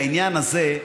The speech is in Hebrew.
העניין הזה,